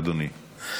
אדוני.